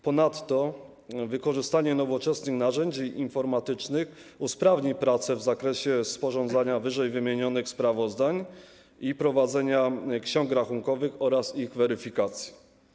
Ponadto wykorzystanie nowoczesnych narzędzi informatycznych usprawni pracę w zakresie sporządzania wyżej wymienionych sprawozdań i prowadzenia ksiąg rachunkowych oraz ich weryfikacji.